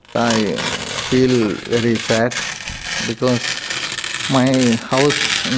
i feel very sad because my house,